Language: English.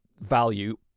value